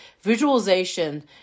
visualization